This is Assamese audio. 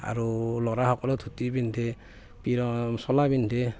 আৰু ল'ৰাসকলেও ধূতি পিন্ধে চোলা পিন্ধে